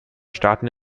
staaten